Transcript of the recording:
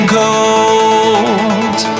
gold